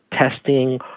testing